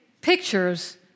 pictures